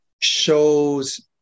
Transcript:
shows